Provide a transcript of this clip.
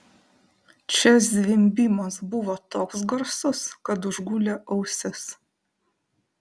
čia zvimbimas buvo toks garsus kad užgulė ausis